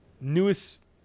newest